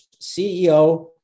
CEO